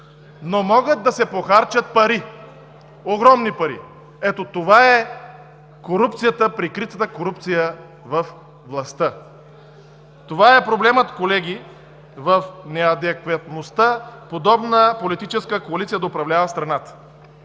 Но могат да се похарчат пари, огромни пари. Ето, това е прикритата корупция във властта. Това е проблемът, колеги, в неадекватността подобна политическа коалиция да управлява страната.